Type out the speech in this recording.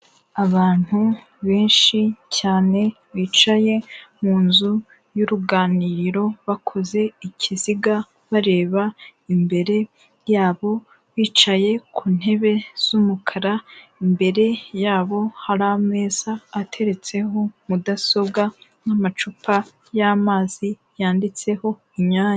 Abantu benshi cyane bicaye mu nzu y'uruganiriro bakoze ikiziga bareba imbere yabo bicaye ku ntebe z'umukara imbere yabo hari ameza ateretseho mudasobwa n'amacupa y'amazi yanditseho inyange.